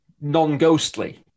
non-ghostly